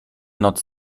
noc